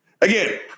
again